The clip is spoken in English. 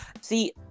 see